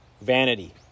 vanity